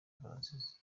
francis